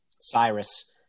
Cyrus